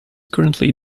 currently